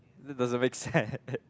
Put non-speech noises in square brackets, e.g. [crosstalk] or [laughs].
that doesn't make sense [laughs]